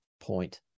point